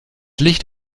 licht